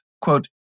quote